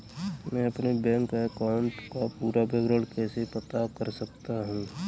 मैं अपने bank account का पूरा विवरण कैसे पता कर सकता हूँ?